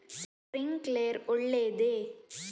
Sprinkler ಒಳ್ಳೇದೇ?